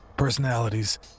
personalities